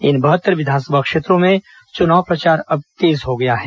इन बहत्तर विधानसभा क्षेत्रों में चुनाव प्रचार अब तेज हो गया है